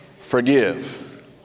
forgive